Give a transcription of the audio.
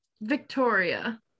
Victoria